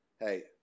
hey